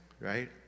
right